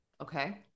Okay